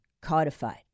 codified